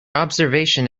observation